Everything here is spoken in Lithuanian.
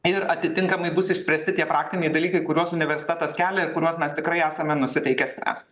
ir atitinkamai bus išspręsti tie praktiniai dalykai kuriuos universitetas kelia ir kuriuos mes tikrai esame nusiteikę spręst